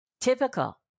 typical